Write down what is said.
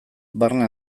barne